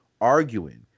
arguing